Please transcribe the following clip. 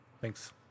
Thanks